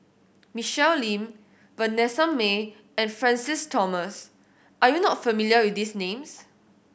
Michelle Lim Vanessa Mae and Francis Thomas are you not familiar with these names